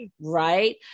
right